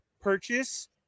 purchase